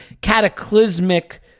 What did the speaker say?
cataclysmic